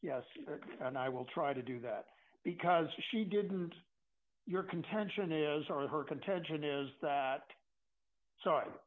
yes and i will try to do that because she didn't your contention is on her contention is that